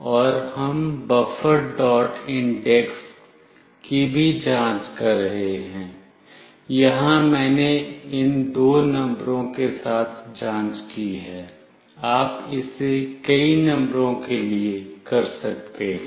और हम buffer dot index की भी जांच कर रहे हैं यहां मैंने इन दो नंबरों के साथ जांच की है आप इसे कई नंबरों के लिए कर सकते हैं